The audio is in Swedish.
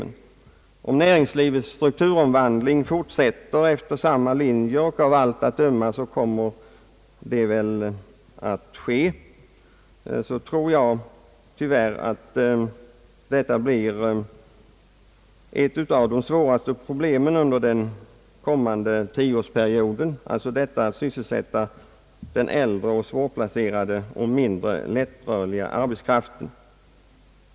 Fortsätter = näringslivets strukturomvandling efter samma linje — och av allt att döma kommer det att ske — befarar jag att ett av de svåraste problemen under den kommande tioårsperioden tyvärr blir hur vi skall kunna sysselsätta den äldre, svåplacerade och mindre lättrörliga arbetskraften.